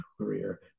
career